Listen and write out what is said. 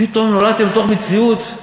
פתאום נולדתם לתוך מציאות?